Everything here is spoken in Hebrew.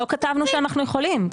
לא כתבנו שאנחנו יכולים,